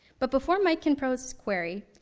but, before mike can propose his query,